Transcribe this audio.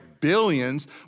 billions